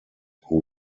who